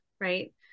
right